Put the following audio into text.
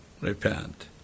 repent